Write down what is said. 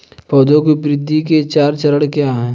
पौधे की वृद्धि के चार चरण क्या हैं?